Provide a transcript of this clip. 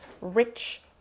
rich